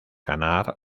ganar